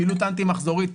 פעילות אנטי מחזורית,